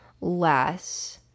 less